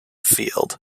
field